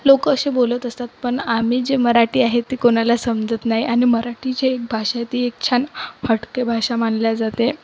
लोक असे बोलत असतात पण आम्ही जे मराठी आहे ती कोणाला समजत नाही आणि मराठी जी एक भाषा आहे ती एक छान हटके भाषा मानली जाते